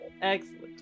Excellent